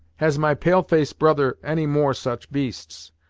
has my pale-face brother any more such beasts?